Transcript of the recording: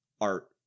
art